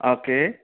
okay